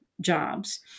jobs